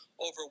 over